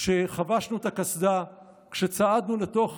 כשחבשנו את הקסדה, כשצעדנו לתוך